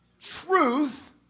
truth